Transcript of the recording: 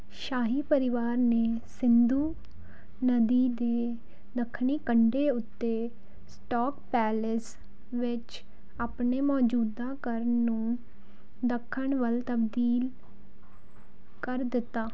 ਸ਼ਾਹੀ ਪਰਿਵਾਰ ਨੇ ਸਿੰਧੂ ਨਦੀ ਦੇ ਦੱਖਣੀ ਕੰਢੇ ਉੱਤੇ ਸਟੋਕ ਪੈਲੇਸ ਵਿੱਚ ਆਪਣੇ ਮੌਜੂਦਾ ਘਰ ਨੂੰ ਦੱਖਣ ਵੱਲ ਤਬਦੀਲ ਕਰ ਦਿੱਤਾ